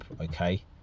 okay